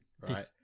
right